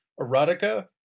erotica